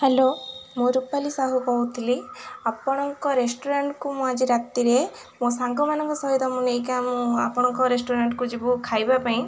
hello ମୁଁ ରୂପାଲୀ ସାହୁ କହୁଥିଲି ଆପଣଙ୍କ ରେଷ୍ଟୁରାଣ୍ଟ୍କୁ ମୁଁ ଆଜି ରାତିରେ ମୋ ସାଙ୍ଗମାନଙ୍କ ସହିତ ମୁଁ ନେଇକି ମୁଁ ଆପଣଙ୍କ ରେଷ୍ଟୁରାଣ୍ଟ୍କୁ ଯିବୁ ଖାଇବା ପାଇଁ